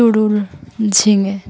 টুরুল ঝিঙে